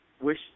wish